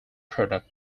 product